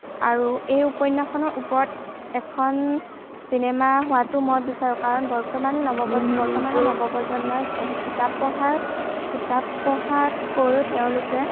আৰু এই উপন্যাসখনৰ ওপৰত এখন চিনেমা হোৱাটো মই বিচাৰোঁ কাৰণ বৰ্তমান নৱপ্ৰজন্ম বৰ্তমানৰ নৱপ্ৰজন্মই কিতাপ পঢ়াৰ কিতাপ পঢ়াতকৈ তেওঁলোকে